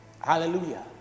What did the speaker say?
Hallelujah